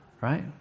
right